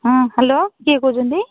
ହଁ ହ୍ୟାଲୋ କିଏ କହୁଛନ୍ତି